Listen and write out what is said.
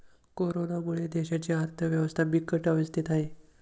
कोरोनामुळे देशाची अर्थव्यवस्था बिकट अवस्थेत आहे